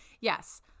Yes